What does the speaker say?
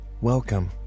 welcome